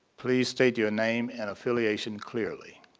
please state your name and affiliation clearly.